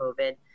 COVID